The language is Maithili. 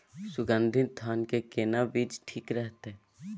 सुगन्धित धान के केना बीज ठीक रहत?